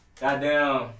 Goddamn